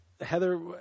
Heather